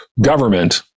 government